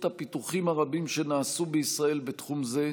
הפיתוחים הרבים שנעשו בישראל בתחום זה,